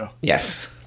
Yes